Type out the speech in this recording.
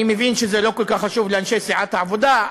אני מבין שזה לא כל כך חשוב לאנשי סיעת העבודה,